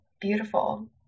beautiful